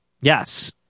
Yes